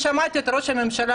שמעתי את ראש הממשלה,